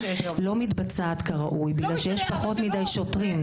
לא מתבצעת כראוי בגלל שיש פחות מידי שוטרים.